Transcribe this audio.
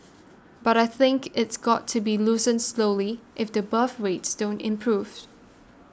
but I think it's got to be loosened slowly if the birth rates don't improve